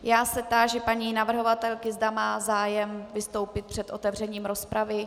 Táži se paní navrhovatelky, zda má zájem vystoupit před otevřením rozpravy.